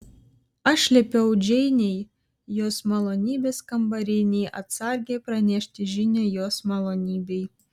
aš liepiau džeinei jos malonybės kambarinei atsargiai pranešti žinią jos malonybei